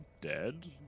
dead